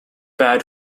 bad